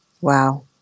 Wow